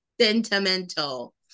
sentimental